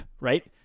right